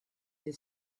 said